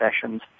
sessions